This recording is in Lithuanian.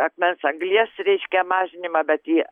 akmens anglies reiškia mažinimą bet į